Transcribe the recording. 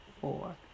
four